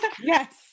yes